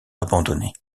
abandonnés